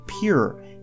pure